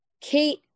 Kate